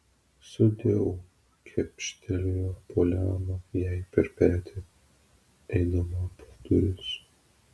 sudieu kepštelėjo poliana jai per petį eidama pro duris